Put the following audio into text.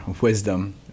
wisdom